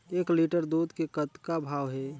एक लिटर दूध के कतका भाव हे?